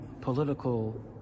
political